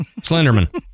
slenderman